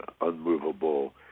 unmovable